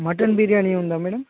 mutton biryani ఉందా madam